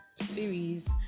series